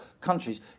countries